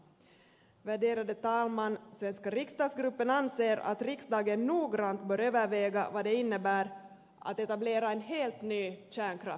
svenska riksdagsgruppen anser att riksdagen noggrant bör överväga vad det innebär att etablera en helt ny kärnkraftsort